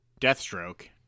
Deathstroke